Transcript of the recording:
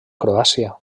croàcia